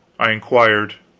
i inquired.